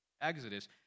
Exodus